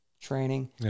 training